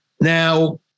Now